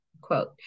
quote